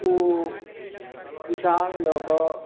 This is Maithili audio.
ओ किसान लऽ कऽ